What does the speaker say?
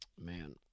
Man